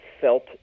felt